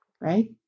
right